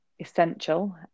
essential